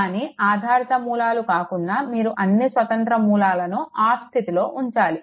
కానీ ఆధారిత మూలాలు కాకుండా మీరు అన్ని స్వతంత్ర మూలాలను ఆఫ్ స్థితిలో ఉంచాలి